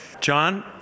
John